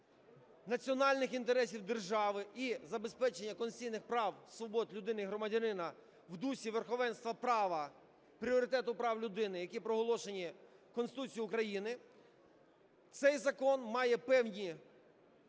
національних інтересів держави і забезпечення конституційних прав, свобод людини і громадянина в дусі верховенства права, пріоритету прав людини, які проголошені Конституцією України, цей закон має певні